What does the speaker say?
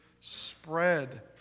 spread